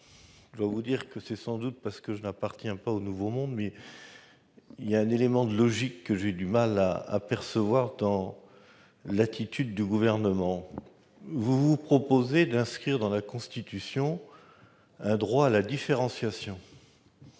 le secrétaire d'État, sans doute est-ce parce que je n'appartiens pas au nouveau monde, mais il y a un élément de logique que j'ai du mal à comprendre dans l'attitude du Gouvernement. Alors que vous proposez d'inscrire dans la Constitution un droit à la différenciation,